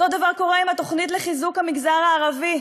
אותו דבר קורה עם התוכנית לחיזוק המגזר הערבי.